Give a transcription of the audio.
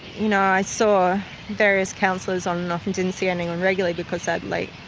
you know i saw various counsellors on and off and didn't see anyone regularly because, sadly,